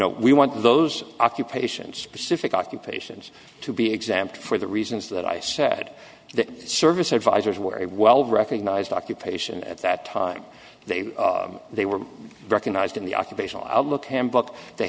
know we want those occupations specific occupations to be exempt for the reasons that i said that service advisors were a well recognized occupation at that time they they were recognized in the occupational outlook handbook they